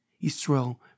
Israel